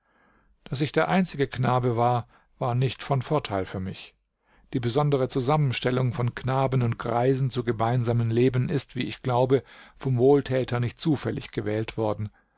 daß ich der einzige knabe war war nicht von vorteil für mich die besondere zusammenstellung von knaben und greisen zu gemeinsamem leben ist wie ich glaube vom wohltäter nicht zufällig gewählt worden